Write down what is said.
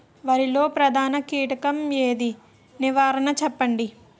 వరిలో ప్రధాన కీటకం ఏది? నివారణ చెప్పండి?